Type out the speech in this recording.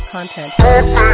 content